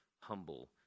humble